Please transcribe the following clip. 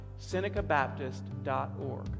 SenecaBaptist.org